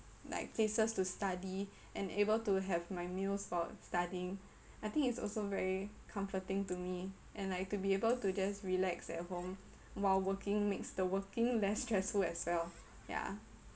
like places to study and able to have my meals while studying I think its also very comforting to me and like to be able to just relax at home while working makes the working less stressful as well ya